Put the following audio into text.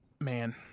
Man